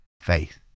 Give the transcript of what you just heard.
faith